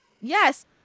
Yes